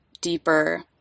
deeper